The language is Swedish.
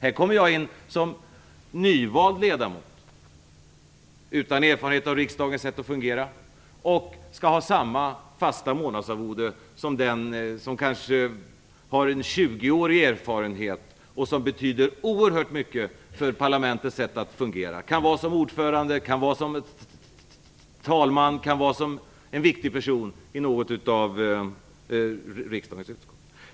Här kommer jag in som nyvald ledamot utan erfarenhet av riksdagens sätt att fungera och skall ha samma fasta månadsarvode som den som kanske har en 20-årig erfarenhet, vilket betyder oerhört mycket för parlamentets sätt att fungera. Det kan vara som ordförande, talman eller någon annan viktig person i riksdagens utskott.